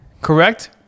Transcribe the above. correct